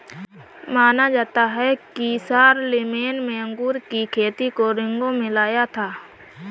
माना जाता है कि शारलेमेन ने अंगूर की खेती को रिंगौ में लाया था